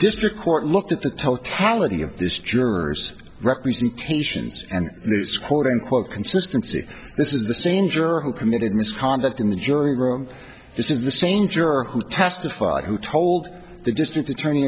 district court looked at the totality of this juror's represented nations and this quote unquote consistency this is the same juror who committed misconduct in the jury room this is the same juror who testified who told the district attorney